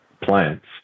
plants